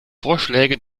vorschläge